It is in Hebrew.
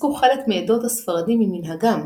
פסקו חלק מעדות הספרדים ממנהגם,